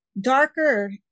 Darker